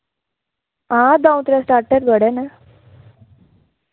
आं दौ त्रै स्टार्टर बड़े न